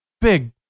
big